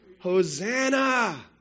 Hosanna